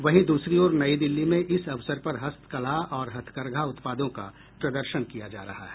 वहीं दूसरी ओर नई दिल्ली में इस अवसर पर हस्तकला ओर हथकरघा उत्पादों का प्रदर्शन किया जा रहा है